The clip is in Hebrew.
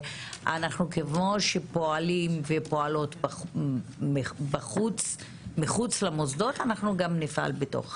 כמו שאנחנו פועלים מחוץ למוסדות אנחנו פועלים גם בתוך